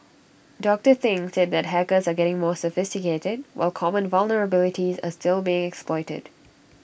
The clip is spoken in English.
doctor thing said that hackers are getting more sophisticated while common vulnerabilities are still being exploited